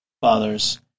fathers